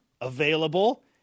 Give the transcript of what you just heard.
Available